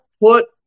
put